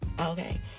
Okay